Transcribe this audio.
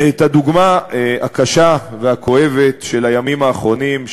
את הדוגמה הקשה והכואבת של הימים האחרונים,